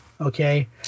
okay